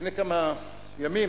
לפני כמה ימים